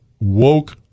woke